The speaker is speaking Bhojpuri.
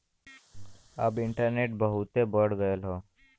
अब इन्टरनेट बहुते बढ़ गयल हौ